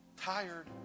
tired